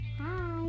Hi